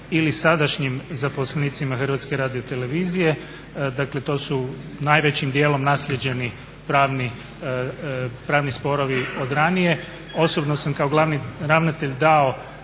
ili sadašnjim zaposlenicima Hrvatske radiotelevizije. Dakle to su najvećim dijelom naslijeđeni pravni sporovi od ranije. Osobno sam kao glavni ravnatelj dao